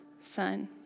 son